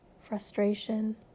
frustration